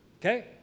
Okay